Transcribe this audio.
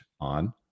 on